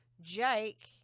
Jake